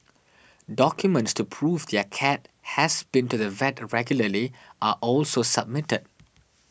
documents to prove their cat has been to the vet regularly are also submitted